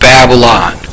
Babylon